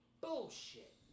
Bullshit